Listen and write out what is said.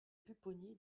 pupponi